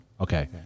Okay